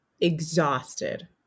exhausted